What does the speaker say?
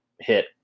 hit